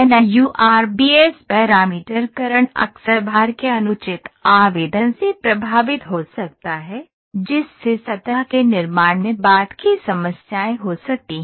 NURBS पैरामीटरकरण अक्सर भार के अनुचित आवेदन से प्रभावित हो सकता है जिससे सतह के निर्माण में बाद की समस्याएं हो सकती हैं